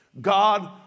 God